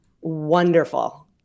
Wonderful